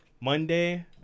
monday